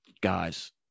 guys